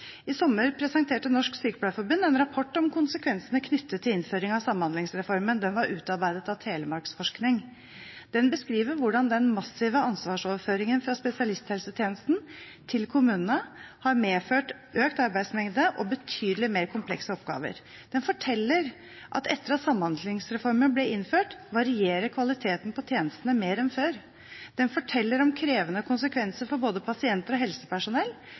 I sommer presenterte Norsk Sykepleierforbund en rapport om konsekvensene knyttet til innføring av Samhandlingsreformen. Den var utarbeidet av Telemarksforskning. Den beskriver hvordan den massive ansvarsoverføringen fra spesialisthelsetjenesten til kommunene – har medført økt arbeidsmengde og betydelig mer komplekse oppgaver. Den forteller at etter at Samhandlingsreformen ble innført, varierer kvaliteten på tjenestene mer enn før. Den forteller om krevende konsekvenser for både pasienter og helsepersonell,